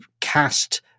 cast